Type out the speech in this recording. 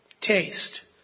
taste